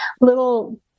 little